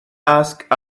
ask